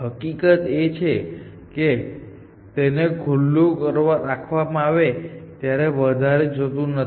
હકીકત એ છે કે તેને ખુલ્લું રાખવામાં આવે ત્યારે તે વધારે જતું નથી